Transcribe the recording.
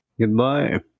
Goodbye